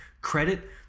credit